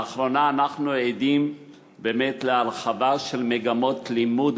לאחרונה אנחנו עדים להרחבה של מגמות לימוד